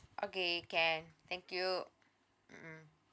okay can thank you mm mm